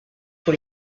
pour